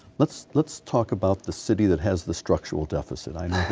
let's let's talk about the city that has the structural deficit. i